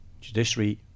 judiciary